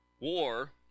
war